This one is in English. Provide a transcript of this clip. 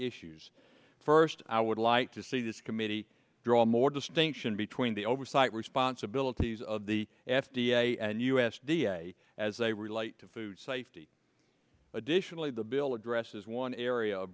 issues first i would like to see this committee draw more distinction between the oversight responsibilities of the f d a and u s d a as they relate to food safety additionally the bill addresses one area